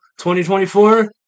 2024